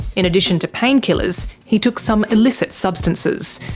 in addition to painkillers, he took some illicit substances,